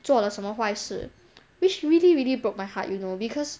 做了什么坏事 which really really broke my heart you know because